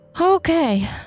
Okay